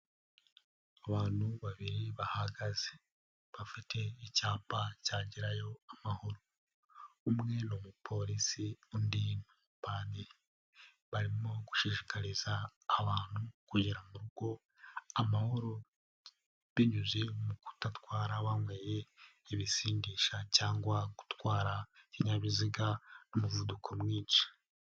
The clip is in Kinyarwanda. Abantu babiri bahagaze bafite icyapa cya Gerayo amahoro, umwe ni umupolisi undi ni umupadiri, barimo gushishikariza abantu kugera mu rugo amahoro binyuze mu kudatwara banyoye ibisindisha cyangwa gutwara ikinyabiziga n'umuvuduko mwinshi.